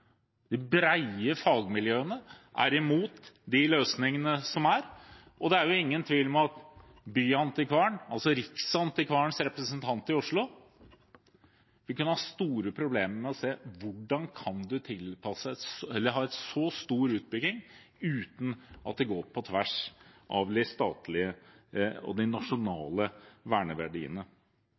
er imot de løsningene som er, og det er ingen tvil om at byantikvaren, altså Riksantikvarens representant i Oslo, vil kunne ha store problemer med å se hvordan en så stor utbygging kan tilpasses uten at det går på tvers av de statlige og nasjonale verneverdiene.